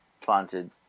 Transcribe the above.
planted